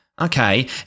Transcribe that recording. Okay